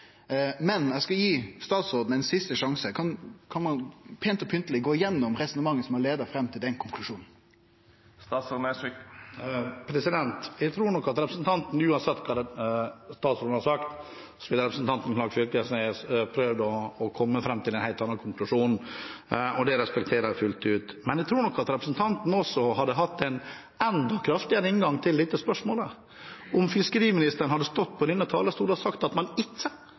Men eg skal gi statsråden ein siste sjanse: Kan han pent og pynteleg gå gjennom det resonnementet som har ført fram til den konklusjonen? Jeg tror nok at representanten Knag Fylkesnes, uansett hva statsråden har sagt, ville prøvd å komme fram til en helt annen konklusjon, og det respekterer jeg fullt ut. Men jeg tror nok at representanten også hadde hatt en enda kraftigere inngang til dette spørsmålet om fiskeriministeren hadde stått på denne talerstolen og sagt at regjeringen ikke